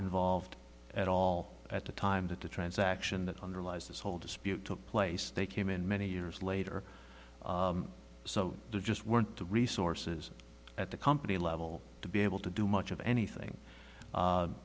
involved at all at the time that the transaction that underlies this whole dispute took place they came in many years later so just weren't the resources at the company level to be able to do much of anything